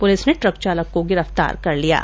police ने truck चालक को गिरफ्तार कर लिया है